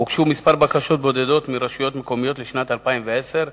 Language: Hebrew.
הוגשו בקשות בודדות מרשויות מקומיות לשנת 2010,